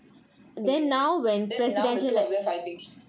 okay then now the two of them fighting